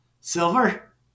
Silver